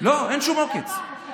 לא, אין שום עוקץ.